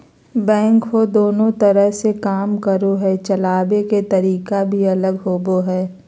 backhoe दोनों तरह से काम करो हइ, चलाबे के तरीका भी अलग होबो हइ